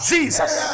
Jesus